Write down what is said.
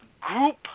group